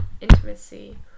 intimacy